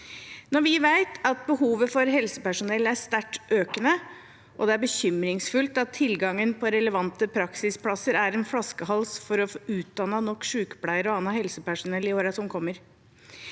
det. Vi vet at behovet for helsepersonell er sterkt økende, og det er bekymringsfullt at tilgangen på relevante praksisplasser er en flaskehals for å utdanne nok sykepleiere og annet hel sepersonell i årene som kommer.